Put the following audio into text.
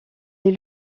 est